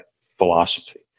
philosophy